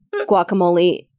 Guacamole